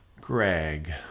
Greg